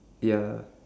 ya